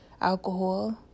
alcohol